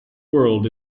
world